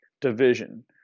division